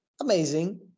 amazing